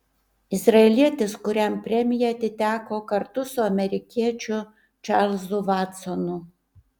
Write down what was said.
izraelietis kuriam premija atiteko kartu su amerikiečiu čarlzu vatsonu